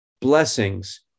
blessings